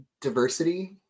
diversity